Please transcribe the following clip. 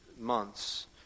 months